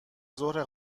زهره